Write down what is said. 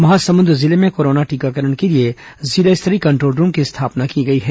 महासमुंद जिले में कोरोना टीकाकरण के लिए जिला स्तरीय कंट्रोल रूम की स्थापना की गई है